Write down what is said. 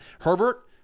Herbert